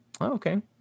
okay